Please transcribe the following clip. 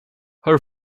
her